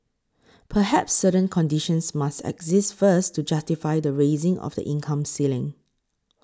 perhaps certain conditions must exist first to justify the raising of the income ceiling